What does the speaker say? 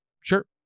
sure